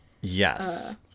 Yes